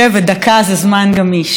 ודקה זה זמן גמיש.